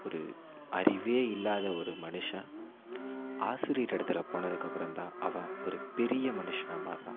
ஒரு அறிவே இல்லாத ஒரு மனுஷன் ஆசிரியர் இடத்துல போனதுக்கு அப்புறம் தான் அவன் ஒரு பெரிய மனுஷனாக மாறுகிறான்